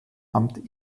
amt